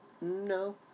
No